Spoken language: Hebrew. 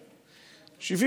רגע.